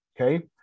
Okay